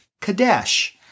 Kadesh